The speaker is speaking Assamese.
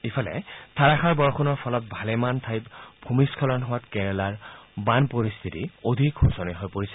ইফালে ধাৰাসাৰ বৰষুণৰ ফলত ভালেমান ঠাইত ভূমিস্খলন হোৱাত কেৰেলাৰ বান পৰিস্থিতি অধিক শোচনীয় হৈ পৰিছে